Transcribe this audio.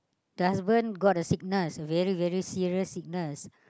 the husband got a sickness very very serious sickness